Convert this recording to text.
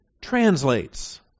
translates